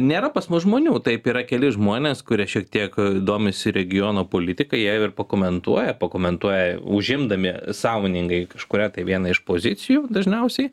nėra pas mus žmonių taip yra keli žmonės kurie šiek tiek domisi regiono politika jie jau ir pakomentuoja pakomentuoja užimdami sąmoningai kažkurią vieną iš pozicijų dažniausiai